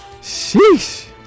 Sheesh